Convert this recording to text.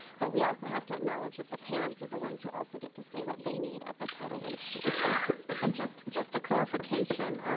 but we also have to acknowledge that the parents are the ones who also get to say what they need at the title one schools. and just just a clarification.